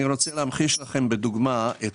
הייתי נוכח